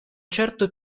certo